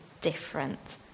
different